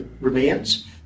remains